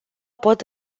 pot